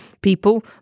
people